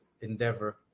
endeavor